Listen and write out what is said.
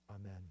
Amen